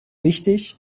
wichtig